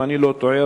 אם אני לא טועה,